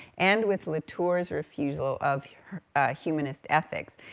and with latour's refusal of humanist ethics.